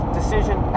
decision